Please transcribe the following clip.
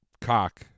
cock